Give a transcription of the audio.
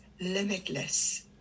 limitless